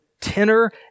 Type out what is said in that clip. tenor